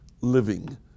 living